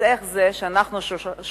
אז איך זה שאנחנו שוכחים